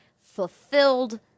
fulfilled